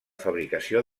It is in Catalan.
fabricació